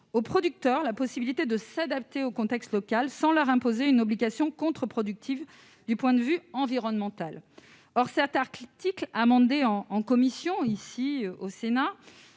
aux producteurs la possibilité de s'adapter au contexte local sans leur imposer une obligation contre-productive du point de vue environnemental. Or la rédaction issue des travaux de la commission, qui prévoit